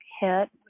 hit